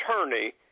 attorney